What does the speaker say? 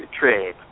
trade